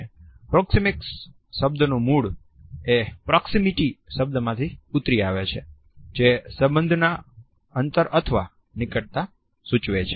'proxemics' શબ્દનું મૂળએ 'proximity' શબ્દ માંથી ઉતરી આવે છે જે સંબંધમાં અંતર અથવા નિકટતા સૂચવે છે